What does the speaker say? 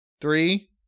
three